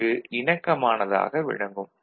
க்கு இணக்கமானதாக விளங்கும்